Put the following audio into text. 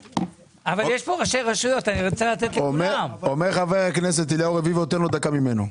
אומר חבר הכנסת אליהו רביבו שתיתן לו דקה ממנו.